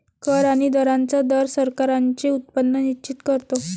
कर आणि दरांचा दर सरकारांचे उत्पन्न निश्चित करतो